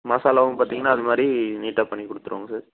மசாலாவும் பார்த்தீங்கன்னா அது மாதிரி நீட்டாக பண்ணிக் கொடுத்துருவோங்க சார்